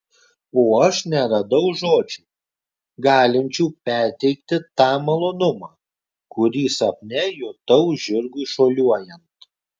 o aš neradau žodžių galinčių perteikti tą malonumą kurį sapne jutau žirgui šuoliuojant